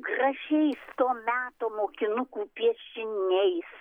gražiais to meto mokinukų piešiniais